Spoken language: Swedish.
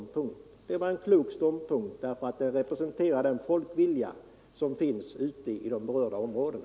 Det var ett klokt ståndpunktstagande, för Tisdagen den